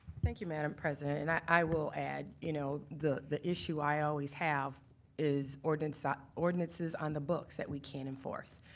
thank you madam president. and i will add you know the the issue i always have is ordinances ah ordinances on the books that we can't enforce.